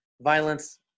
Violence